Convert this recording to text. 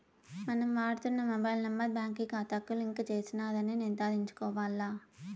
మనం వాడుతున్న mobile number బాంకీ కాతాకు లింక్ చేసినారని నిర్ధారించుకోవాల్ల